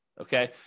okay